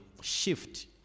shift